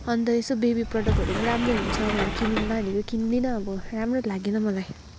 अन्त यसो बेबी प्रडक्टहरू पनि राम्रो हुन्छ भनेर किनौँला भनेको किन्दिन अब राम्रो लागेन मलाई